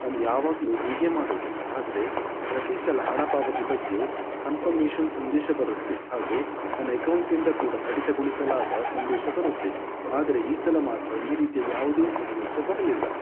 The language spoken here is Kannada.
ನಾನು ಯಾವಾಗಲೂ ಹೀಗೆ ಮಾಡೋದು ಆದರೆ ಪ್ರತಿ ಸಲ ಹಣ ಪಾವತಿ ಬಗ್ಗೆ ಕನ್ಫರ್ಮೇಷನ್ ಸಂದೇಶ ಬರುತ್ತೆ ಹಾಗೂ ನನ್ನ ಅಕೌಂಟಿಂದ ಕೂಡ ಕಡಿತಗೊಳಿಸಲಾದ ಸಂದೇಶ ಬರುತ್ತೆ ಆದರೆ ಈ ಸಲ ಮಾತ್ರ ಈ ರೀತಿಯ ಯಾವುದೇ ಸಂದೇಶ ಬರಲಿಲ್ಲ